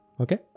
Okay